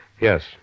Yes